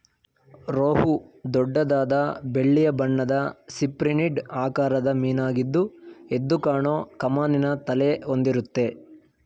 ರೋಹು ದೊಡ್ಡದಾದ ಬೆಳ್ಳಿಯ ಬಣ್ಣದ ಸಿಪ್ರಿನಿಡ್ ಆಕಾರದ ಮೀನಾಗಿದ್ದು ಎದ್ದುಕಾಣೋ ಕಮಾನಿನ ತಲೆ ಹೊಂದಿರುತ್ತೆ